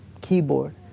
keyboard